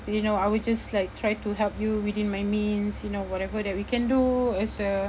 you know I will just like try to help you within my means you know whatever that we can do as a